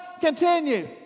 continue